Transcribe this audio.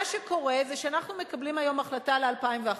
מה שקורה זה שאנחנו מקבלים היום החלטה ל-2011,